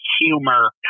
humor